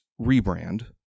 rebrand